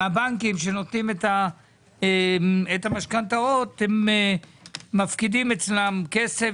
הבנקים שנותנים את המשכנתאות הם מפקידים אצלם כסף,